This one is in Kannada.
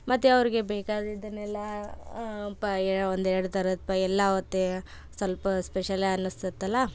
ಮತ್ತು ಅವ್ರಿಗೆ ಬೇಕಾಗಿದ್ದನ್ನೆಲ್ಲ ಪ ಒಂದು ಎರಡು ಥರದ ಪ ಎಲ್ಲ ಅವತ್ತೇ ಸ್ವಲ್ಪ ಸ್ಪೆಷಲ್ಲೇ ಅನ್ನಿಸ್ತತಲ್ಲ